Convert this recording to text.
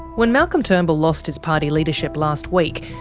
when malcolm turnbull lost his party leadership last week,